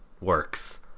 works